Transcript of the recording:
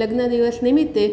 લગ્ન દિવસ નિમિત્તે